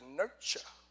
nurture